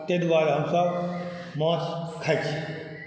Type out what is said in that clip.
ताहि दुआरे हमसब माछ खाइ छी